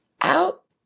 out